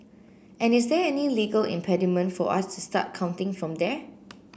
and is there any legal impediment for us to start counting from there